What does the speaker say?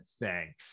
thanks